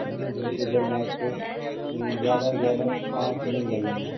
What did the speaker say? है ना जल्द से जल्द आपको ज़्यादा से ज़्यादा पाँच दिन लगेंगे